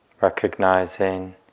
recognizing